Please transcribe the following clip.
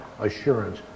assurance